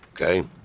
Okay